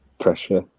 pressure